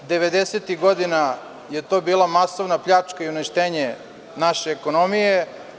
Devedesetih godina je to bila masovna pljačka i uništenje naše ekonomije.